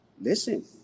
Listen